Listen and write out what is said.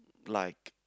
like